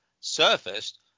surfaced